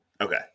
Okay